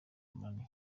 money